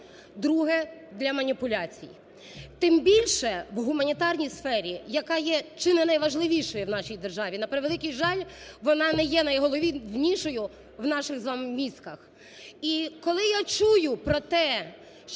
друге, для маніпуляцій, тим більше в гуманітарній сфері, яка є чи не найважливішою в нашій державі. На превеликий жаль, вона не є найголовнішою в наших з вами мізках.